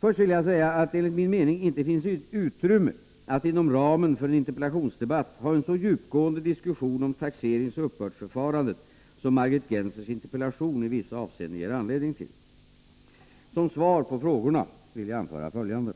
Först vill jag säga att det enligt min mening inte finns utrymme att inom ramen för en interpellationsdebatt ha en så djupgående diskussion om taxeringsoch uppbördsförfarandet som Margit Gennsers interpellation i vissa avseenden ger anledning till. Som svar på frågorna vill jag anföra följande.